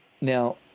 Now